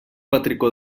petricó